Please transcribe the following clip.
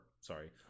sorry